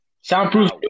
Soundproof